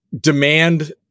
demand